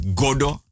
godo